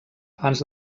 abans